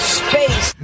space